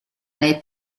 nei